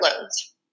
loans